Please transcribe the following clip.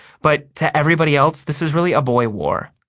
but to everybody else this is really a boy war.